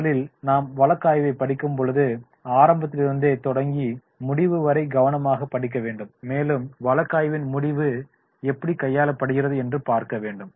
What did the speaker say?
முதலில் நாம் வழக்காய்வை படிக்கும் பொழுது ஆரம்பத்திலிருந்து தொடங்கி முடிவுவரை கவனமாக படிக்க வேண்டும் மேலும் வழக்காய்வின் முடிவு எப்படி கையாளப்படுகிறது என்று பார்க்க வேண்டும்